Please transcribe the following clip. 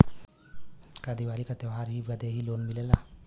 का दिवाली का त्योहारी बदे भी लोन मिलेला?